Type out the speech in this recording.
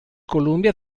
columbia